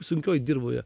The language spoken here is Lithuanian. sunkioj dirvoje